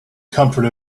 comfort